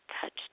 touched